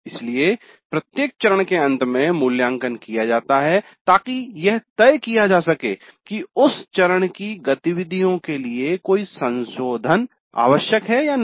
इसलिए प्रत्येक चरण के अंत में प्रारंभिक मूल्यांकन किया जाता है ताकि यह तय किया जा सके कि उस चरण की गतिविधियों के लिए कोई संशोधन आवश्यक है या नहीं